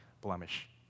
blemish